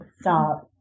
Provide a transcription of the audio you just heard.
stop